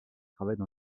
travaille